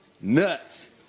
nuts